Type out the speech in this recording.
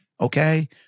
Okay